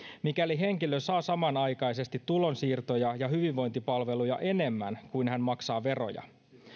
mikäli henkilö saa samanaikaisesti tulonsiirtoja ja hyvinvointipalveluja enemmän kuin hän maksaa veroja